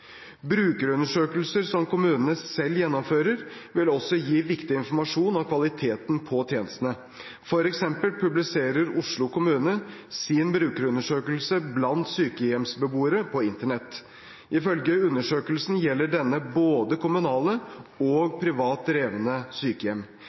Brukerundersøkelser som kommunene selv gjennomfører, vil også gi viktig informasjon om kvaliteten på tjenestene. For eksempel publiserer Oslo kommune sin brukerundersøkelse blant sykehjemsbeboere på Internett. Ifølge undersøkelsen gjelder denne både kommunale og